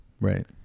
Right